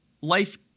Life